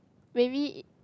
maybe e~